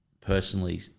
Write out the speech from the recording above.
personally